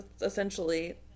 essentially